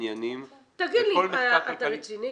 --- אתה רציני?